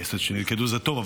שנלכדו זה טוב,